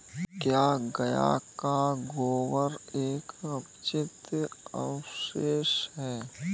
क्या गाय का गोबर एक अपचित अवशेष है?